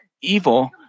evil